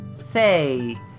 Say